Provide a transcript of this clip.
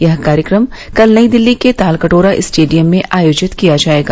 यह कार्यक्रम कल नई दिल्ली के तालकटोरा स्टेडियम में आयोजित किया जाएगा